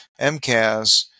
MCAS